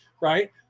right